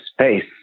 space